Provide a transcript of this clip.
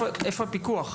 איפה הפיקוח?